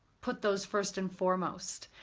put those first and foremost.